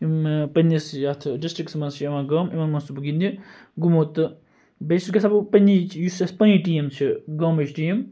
یِم پَننِس یتھ ڈِسٹرکَس مَنٛز چھِ یِوان گام تِمَن مَنٛز چھُس بہٕ گِنٛدنہِ گوٚمُت تہٕ بیٚیہِ چھُس گَژھان بہٕ پَننہِ یُس اَسہِ پَنٕنۍ ٹیٖم چھِ گامٕچ ٹیٖم